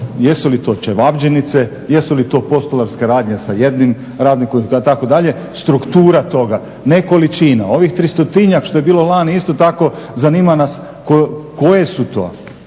jesu li to čevabdžinice, jesu li to postolarske radnje sa jednim radnikom itd., struktura toga, ne količina. Ovih tristotinjak što je bilo lani isto tako zanima nas koje su,